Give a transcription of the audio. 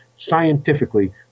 scientifically